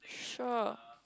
sure